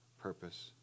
purpose